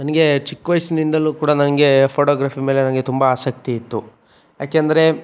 ನನಗೆ ಚಿಕ್ಕ ವಯಸ್ಸಿನಿಂದಲೂ ಕೂಡ ನನಗೆ ಫೋಟೋಗ್ರಫಿ ಮೇಲೆ ನನಗೆ ತುಂಬ ಆಸಕ್ತಿ ಇತ್ತು ಏಕೆಂದ್ರೆ